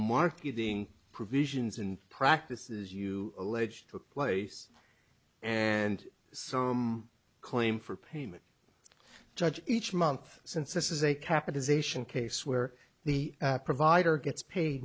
marketing provisions and practices you allege took place and some claim for payment judge each month since this is a capitalization case where the provider gets paid